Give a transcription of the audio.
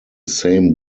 same